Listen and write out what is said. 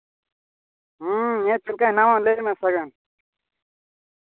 ᱦᱮᱸ ᱪᱮᱫ ᱞᱮᱠᱟ ᱢᱮᱱᱟᱢᱟ ᱞᱟᱹᱭ ᱢᱮ ᱥᱟᱜᱮᱱ